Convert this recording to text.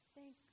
Thank